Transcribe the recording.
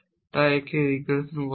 তাই একে রিগ্রেশন বলা হয়